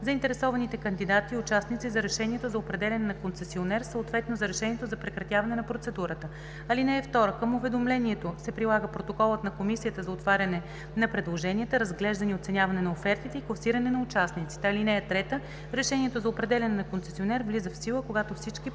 заинтересованите кандидати и участници за решението за определяне на концесионер, съответно за решението за прекратяване на процедурата. (2) Към уведомлението се прилага протоколът на комисията за отваряне на предложенията, разглеждане и оценяване на офертите и класиране на участниците. (3) Решението за определяне на концесионер влиза в сила, когато всички предходни